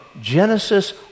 Genesis